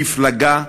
מפלגה,